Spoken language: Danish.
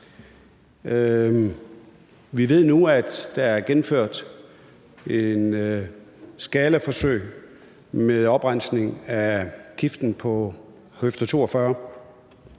Vi ved nu, at der er gennemført et skalaforsøg med oprensning af giften på høfde 42.